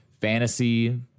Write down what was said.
fantasy